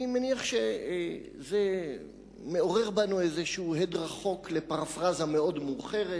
אני מניח שזה מעורר בנו איזה הד רחוק לפרפראזה מאוד מאוחרת,